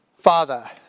Father